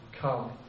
come